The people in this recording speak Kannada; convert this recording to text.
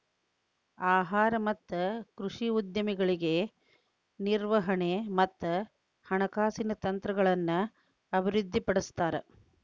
ಆಹಾರ ಮತ್ತ ಕೃಷಿ ಉದ್ಯಮಗಳಿಗೆ ನಿರ್ವಹಣೆ ಮತ್ತ ಹಣಕಾಸಿನ ತಂತ್ರಗಳನ್ನ ಅಭಿವೃದ್ಧಿಪಡಿಸ್ತಾರ